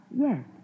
yes